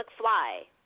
McFly